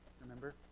remember